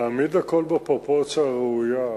להעמיד הכול בפרופורציה הראויה.